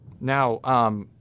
Now—